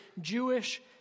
Jewish